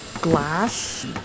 glass